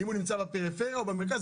אם הוא נמצא בפריפריה או במרכז,